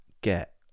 get